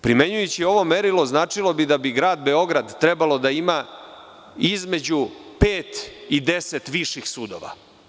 Primenjujući ovo merilo značilo bi da bi grad Beograd trebalo da ima između pet i deset viših sudova.